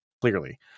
clearly